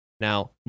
Now